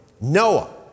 Noah